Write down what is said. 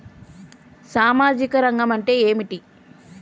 సామాజిక రంగం అంటే ఏమిటి?